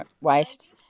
waste